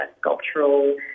sculptural